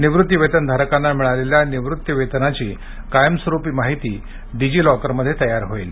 निवृत्तिवेतनधारकांना मिळालेल्या निवृत्तिवेतनाची कायमस्वरुपी माहिती डिजी लॉकरमध्ये तयार होईल